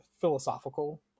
philosophical